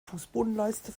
fußbodenleiste